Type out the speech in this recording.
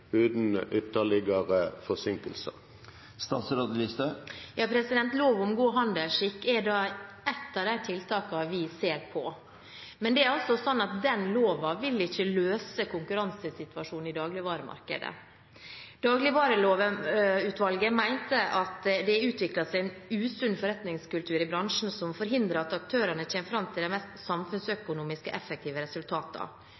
uten ytterligere forsinkelser? Lov om god handelsskikk er ett av de tiltakene vi ser på. Men den loven vil ikke løse konkurransesituasjonen i dagligvaremarkedet. Dagligvarelovutvalget mener at det har utviklet seg en usunn forretningskultur i bransjen, som forhindrer at aktørene kommer fram til de mest samfunnsøkonomisk effektive